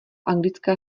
anglická